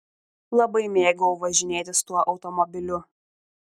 labai mėgau važinėtis tuo automobiliu